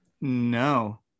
No